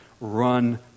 Run